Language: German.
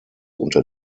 unter